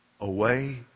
away